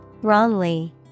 Wrongly